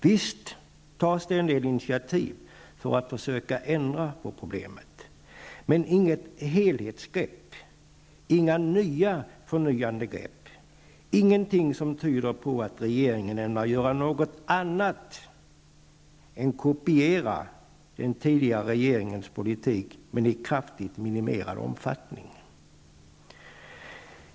Visst tas det en del initiativ för att försöka ändra på förhållandena, men inget helhetsgrepp, inga nya förnyande grepp, ingenting som tyder på att regeringen ämnar göra något annat än kopiera den tidigare regeringens politik, men i kraftigt minimerad omfattning.